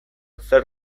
zer